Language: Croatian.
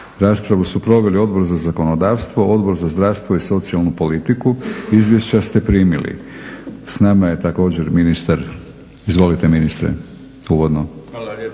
Raspravu su proveli Odbor za zakonodavstvo, Odbor za zdravstvo i socijalnu politiku. Izvješća ste primili. S nama je također ministar. Izvolite ministre, uvodno.